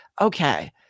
okay